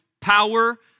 power